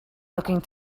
looking